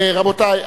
רבותי,